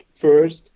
first